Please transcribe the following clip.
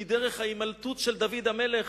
היא דרך ההימלטות של דוד המלך,